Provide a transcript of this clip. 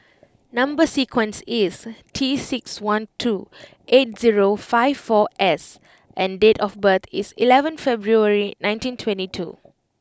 number sequence is T six one two eight zero five four S and date of birth is eleven February nineteen twenty two